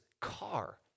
car